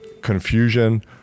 confusion